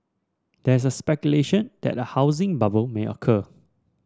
there is the speculation that a housing bubble may occur